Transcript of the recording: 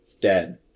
dead